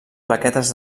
plaquetes